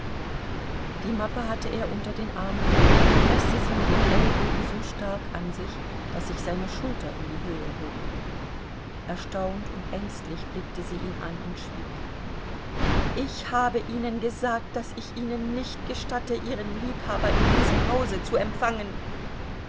die mappe hatte er unter den arm genommen und preßte sie mit dem ellbogen so stark an sich daß sich seine schulter in die höhe hob erstaunt und ängstlich blickte sie ihn an und schwieg ich habe ihnen gesagt daß ich ihnen nicht gestatte ihren liebhaber in diesem hause zu empfangen